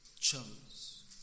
chose